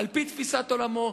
על-פי תפיסת עולמו,